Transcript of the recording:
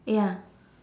ya